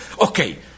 Okay